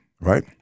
right